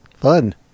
Fun